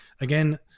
again